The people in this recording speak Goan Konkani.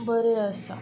बरे आसा